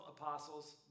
apostles